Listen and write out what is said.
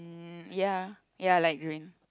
mm ya ya like rain